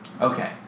Okay